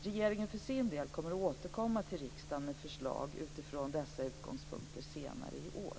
Regeringen kommer att återkomma till riksdagen med förslag utifrån dessa utgångspunkter senare i år.